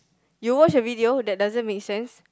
you watch a video that doesn't makes sense